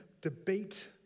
debate